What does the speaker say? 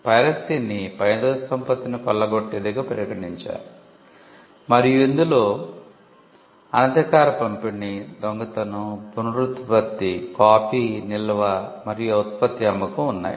పైరసీని మేధో సంపత్తిని కొల్లగొట్టేదిగా పరిగణించారు మరియు ఇందులో అనధికార పంపిణీ దొంగతనం పునరుత్పత్తి కాపీ నిల్వ మరియు ఉత్పత్తి అమ్మకం ఉన్నాయి